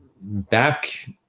back